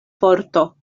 forto